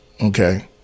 Okay